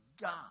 God